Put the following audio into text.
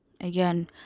again